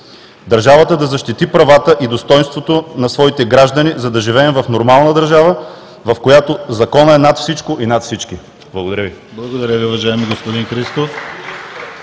държавата да защити правата и достойнството на своите граждани, за да живеем в нормална държава, в която законът е над всичко и над всички. Благодаря Ви. ПРЕДСЕДАТЕЛ ДИМИТЪР ГЛАВЧЕВ: Благодаря Ви, уважаеми господин Христов.